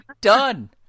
done